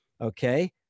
Okay